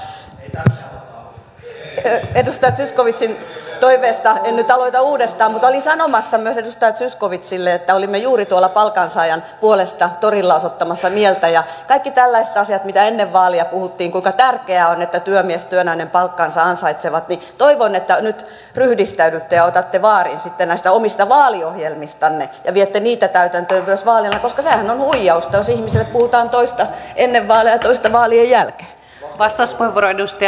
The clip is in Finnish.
edustaja zyskowiczin toiveesta en nyt aloita uudestaan mutta olin sanomassa myös edustaja zyskowiczille että olimme juuri tuolla palkansaajien puolesta torilla osoittamassa mieltä ja kaikissa tällaisissa asioissa mistä ennen vaaleja puhuttiin kuinka tärkeää on että työmies ja työnainen palkkansa ansaitsevat toivon että nyt ryhdistäydytte ja otatte vaarin sitten näistä omista vaaliohjelmistanne ja viette niitä täytäntöön myös koska sehän on huijausta jos ihmisille puhutaan toista ennen vaaleja ja toista vaalien jälkeen